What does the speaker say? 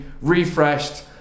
refreshed